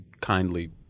kindly